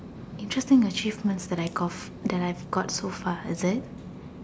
interesting achievement that I golf that I have got so far is it